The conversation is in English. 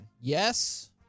Yes